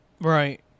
Right